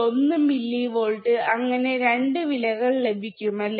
1 millivolt അങ്ങനെ രണ്ട് വിലകൾ ലഭിക്കും അല്ലേ